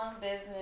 business